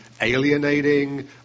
alienating